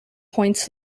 points